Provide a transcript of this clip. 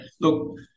look